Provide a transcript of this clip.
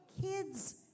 kids